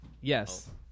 Yes